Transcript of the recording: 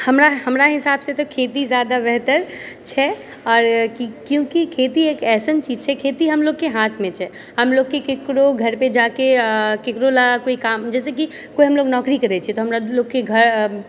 हमरा हमरा हिसाबसँ तऽ खेती जादा बेहतर छै और क्युकी खेती एक एहन चीज छै खेती हमलोगके हाथमे छै हमलोग केकरो घर पे जाके केकरो लए कोइ काम जैसेकी कोइ हमलोग नौकरी करै छियै तऽ हमरालोगके घर